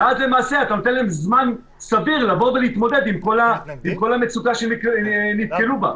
ואז למעשה אתה נותן להם זמן סביר לבוא ולהתמודד עם המצוקה שהם נתקלו בה.